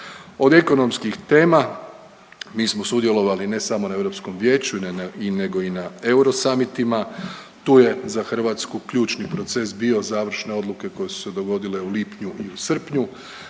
Od ekonomskih tema mi smo sudjelovali ne samo na Europskom vijeću, nego i na euro summitima. Tu je za Hrvatsku ključni proces bio završne odluke koje su se dogodile u lipnju i u srpnju,